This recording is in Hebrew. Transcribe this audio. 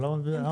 למה בצו?